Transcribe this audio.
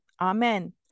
Amen